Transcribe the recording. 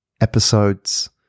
episodes